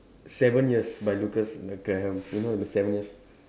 seven years by Lukas Graham you know the seven years